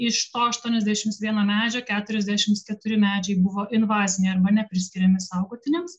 iš to aštuoniasdešims vieno medžio keturiasdešims keturi medžiai buvo invaziniai arba nepriskiriami saugotiniems